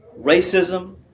racism